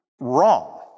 wrong